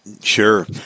Sure